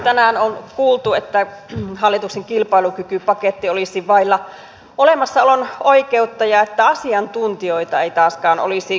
tänään on kuultu että hallituksen kilpailukykypaketti olisi vailla olemassaolon oikeutta ja että asiantuntijoita ei taaskaan olisi kuultu